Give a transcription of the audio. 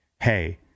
hey